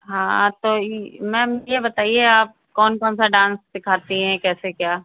हाँ तो ई मैम ये बताईए आप कौन कौन सा डांस सिखाती हैं कैसे क्या